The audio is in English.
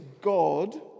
God